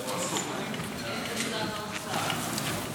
איפה שר האוצר?